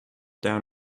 down